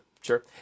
Sure